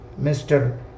Mr